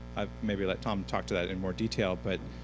i'll maybe let tom talk to that in more detail, but